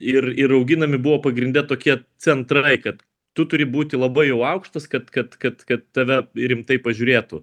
ir ir auginami buvo pagrinde tokie centrai kad tu turi būti labai jau aukštas kad kad kad kad tave rimtai pažiūrėtų